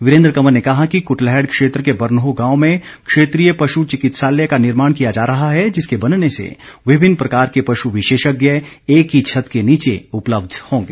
वीरेन्द्र कंवर ने कहा कि कूटलैहड़ क्षेत्र के बरनोह गांव में क्षेत्रीय पशु चिकित्सालय का निर्माण किया जा रहा है जिसके बनने से विभिन्न प्रकार के पशु विशेषज्ञ एक ही छत के नीचे उपलब्ध होंगे